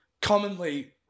commonly